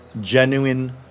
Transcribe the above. genuine